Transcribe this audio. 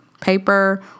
paper